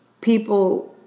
people